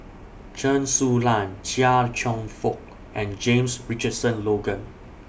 Chen Su Lan Chia Cheong Fook and James Richardson Logan